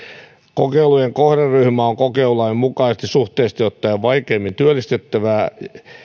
kokeilujen kohderyhmä on kokeilulain mukaisesti suhteellisesti ottaen vaikeimmin työllistettävää